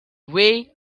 way